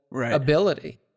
ability